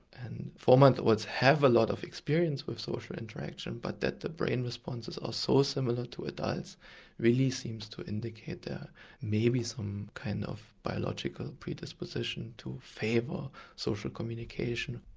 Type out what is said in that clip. and four-month-olds have a lot of experience with social interaction, but that the brain responses are so similar to adults really seems to indicate that there may be some kind of biological predisposition to favour social communication.